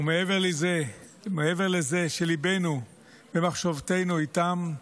ומעבר לזה שליבנו ומחשבותינו איתם,